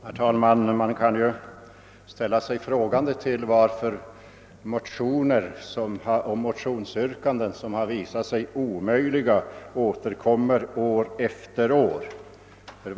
Herr talman! Man kan ju ställa sig frågande till varför motionsyrkanden, som har visat sig omöjliga att bifalla, återkommer år efter år.